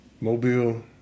Mobile